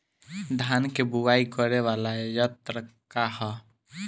धान के बुवाई करे वाला यत्र का ह?